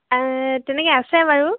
তেনেকৈ আছে বাৰু